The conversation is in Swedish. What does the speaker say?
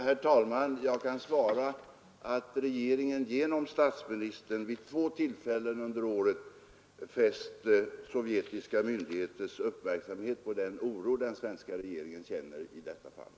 Herr talman! Jag kan svara att regeringen, genom statsministern, vid två tillfällen under året fäst sovjetiska myndigheters uppmärksamhet på den oro den svenska regeringen känner i detta fall.